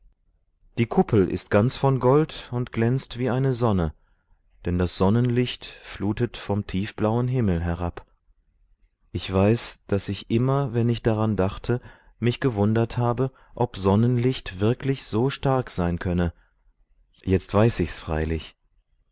die kuppel ist ganz von gold und glänzt wie eine sonne denn das sonnenlicht flutet vom tiefblauen himmel herab ich weiß daß ich immer wenn ich daran dachte mich gewundert habe ob sonnenlicht wirklich so stark sein könne jetzt weiß ich's freilich